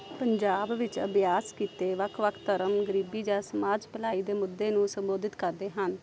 ਪੰਜਾਬ ਵਿੱਚ ਅਭਿਆਸ ਕਿੱਤੇ ਵੱਖ ਵੱਖ ਧਰਮ ਗਰੀਬੀ ਜਾਂ ਸਮਾਜ ਭਲਾਈ ਦੇ ਮੁੱਦੇ ਨੂੰ ਸੰਬੋਧਿਤ ਕਰਦੇ ਹਨ